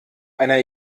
einer